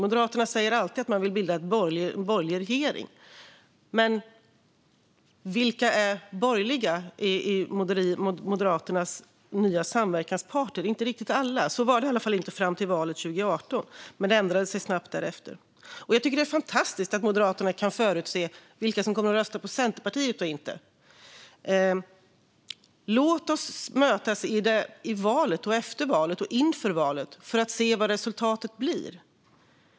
Moderaterna säger alltid att man vill bilda en borgerlig regering. Men vilka är borgerliga av Moderaternas nya samverkanspartner? Det är inte riktigt alla. Så var det inte fram till valet 2018, men det ändrade sig snabbt därefter. Jag tycker att det är fantastiskt att Moderaterna kan förutse vilka som kommer att rösta på Centerpartiet och inte. Låt oss mötas inför valet, vid valet och efter valet och se vad resultatet blir!